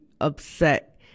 upset